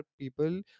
people